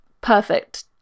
perfect